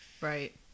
Right